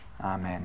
Amen